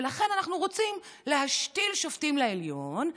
ולכן אנחנו רוצים להשתיל שופטים לעליון,